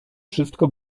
wszystko